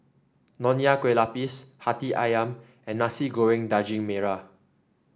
Nonya Kueh Lapis hati ayam and Nasi Goreng Daging Merah